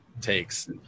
takes